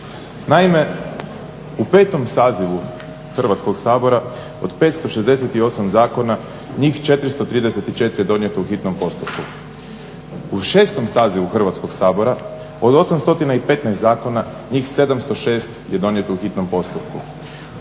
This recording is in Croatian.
Naime, u petom sazivu Hrvatskog sabora od 568 zakona njih 434 je donijeto u hitnom postupku. U šestom sazivu Hrvatskog sabora od 815 zakona njih 706 je donijeto u hitnom postupku.